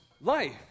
life